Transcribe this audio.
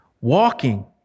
walking